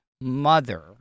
mother